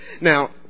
Now